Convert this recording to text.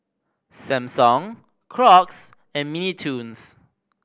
Samsung Crocs and Mini Toons